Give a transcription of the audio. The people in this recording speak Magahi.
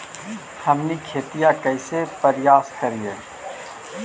हमनी खेतीया कइसे परियास करियय?